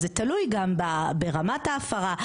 אז זה תלוי גם ברמת ההפרה,